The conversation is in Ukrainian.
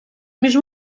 між